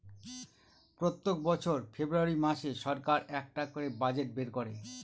প্রত্যেক বছর ফেব্রুয়ারী মাসে সরকার একটা করে বাজেট বের করে